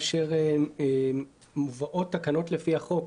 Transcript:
כאשר מובאות תקנות לפי החוק,